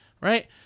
right